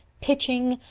pitching,